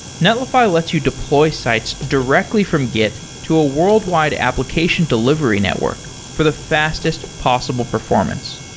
netlify lets you deploy sites directly from git to a worldwide application delivery network for the fastest possible performance.